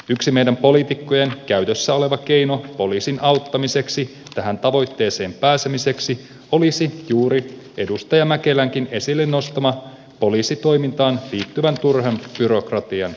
yksi meidän poliitikkojen käytössä oleva keino poliisin auttamiseksi tähän tavoitteeseen pääsemiseksi olisi juuri edustaja mäkelänkin esille nostama poliisitoimintaan liittyvän turhan byrokratian purku